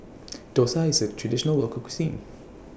Dosa IS A Traditional Local Cuisine